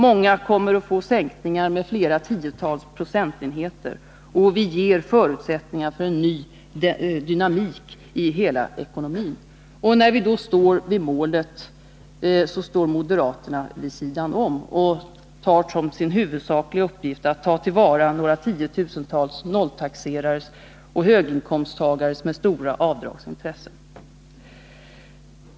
Många kommer att få sänkningar med flera tiotal procentenheter, och det ger förutsättningar för en ny dynamik i hela ekonomin. När vi då står vid målet, står moderaterna vid sidan om och tar som sin huvudsakliga uppgift att ta till vara några tiotusental nolltaxerares och höginkomsttagares med stora avdrag intressen.